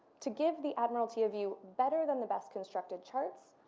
to give the admiralty a view better than the best constructed charts,